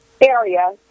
area